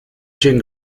jean